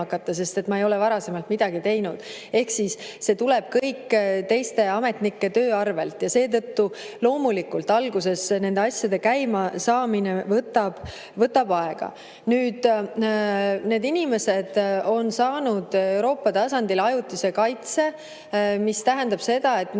hakata, sest ma ei ole varasemalt midagi teinud. Ehk see tuleb kõik teiste ametnike töö arvel. Seetõttu, loomulikult, alguses nende asjade käimasaamine võtab aega. Nüüd, need inimesed on saanud Euroopa tasandil ajutise kaitse, mis tähendab seda, et